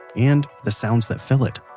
and the sounds that fill it